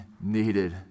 needed